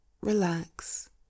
relax